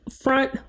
front